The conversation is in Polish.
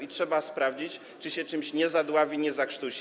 i trzeba sprawdzić, czy się czymś nie zadławi, nie zakrztusi.